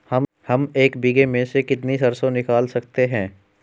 हम एक बीघे में से कितनी सरसों निकाल सकते हैं?